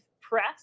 press